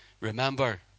remember